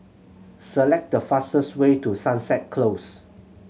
select the fastest way to Sunset Close